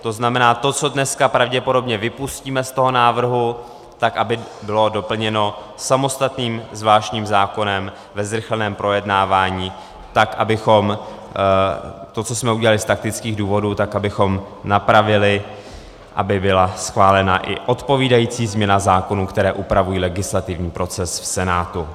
To znamená, aby to, co dneska pravděpodobně vypustíme z toho návrhu, bylo doplněno samostatným zvláštním zákonem ve zrychleném projednávání, tak abychom to, co jsme udělali z taktických důvodů, napravili, aby byla schválena i odpovídající změna zákonů, které upravují legislativní proces v Senátu.